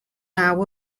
naw